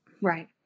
right